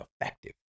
effective